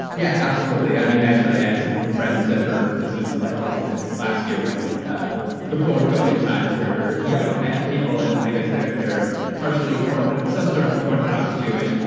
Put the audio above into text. yeah, absolutely i mean, actually, i had some friends over. this was like a little bit last year when before cauvin times where yeah you people and i guess they're they're partially orthodox, some sort of orthodox jewish.